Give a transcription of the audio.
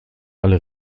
alle